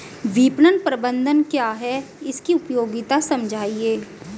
विपणन प्रबंधन क्या है इसकी उपयोगिता समझाइए?